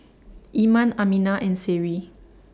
Iman Aminah and Seri